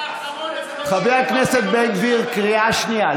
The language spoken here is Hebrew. חבר הכנסת בן גביר, קריאה שנייה.